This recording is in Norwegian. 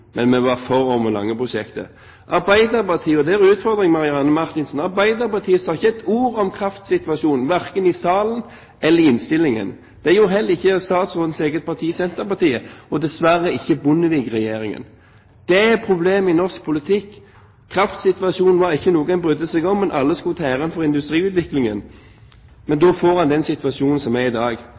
Men vi var for Ormen Lange-prosjektet. Arbeiderpartiet – og dette er en utfordring til Marianne Marthinsen – sa ikke et ord om kraftsituasjonen, verken i salen eller i innstillingen. Det gjorde heller ikke det partiet statsråden tilhører, Senterpartiet, og dessverre ikke Bondevik-regjeringen. Det er problemet i norsk politikk: Kraftsituasjonen var ikke noe en brydde seg om, men alle ville ta æren for industriutviklingen. Da får en den situasjonen som er i dag.